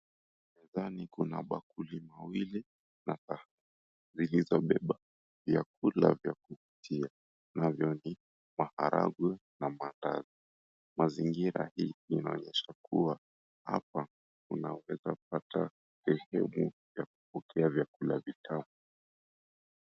Mezani kuna sahani mawili zilizobeba vyakula vya kuvutia, navyo ni maharagwe na mandazi. Mazingira inaonesha kuwa hapa unaweza kupata vupuli vya kupokea vyakula vitamu